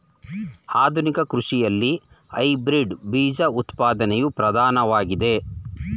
ಆಧುನಿಕ ಕೃಷಿಯಲ್ಲಿ ಹೈಬ್ರಿಡ್ ಬೀಜ ಉತ್ಪಾದನೆಯು ಪ್ರಧಾನವಾಗಿದೆ